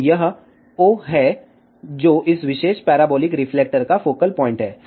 तो यह o है जो इस विशेष पैराबोलिक रिफ्लेक्टर का फोकल प्वाइंट है